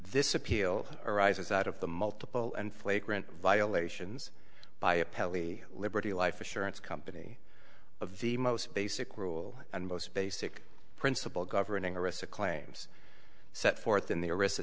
this appeal arises out of the multiple and flagrant violations by appellee liberty life insurance company of the most basic rule and most basic principle governing arista claims set forth in the arista